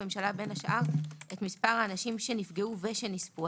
הממשלה בין השאר את מספר האנשים שנפגעו ושנספו.